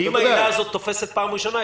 כי אם העילה הזאת תופסת בפעם הראשונה,